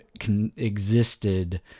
existed